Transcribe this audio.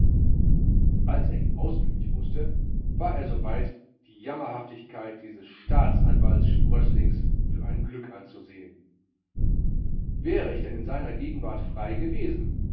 als er ihn auswendig wußte war er so weit die jammerhaftigkeit dieses staatsanwaltssprößlings für ein glück anzusehen wäre ich denn in seiner gegenwart frei gewesen